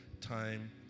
time